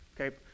Okay